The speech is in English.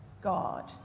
God